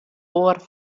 oar